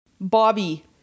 bobby